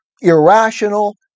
irrational